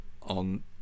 on